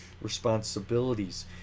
responsibilities